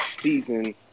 season